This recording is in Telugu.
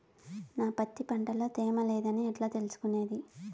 నా పత్తి పంట లో తేమ లేదని ఎట్లా తెలుసుకునేది?